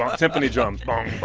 um symphony drums. bong,